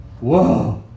whoa